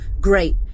great